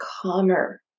calmer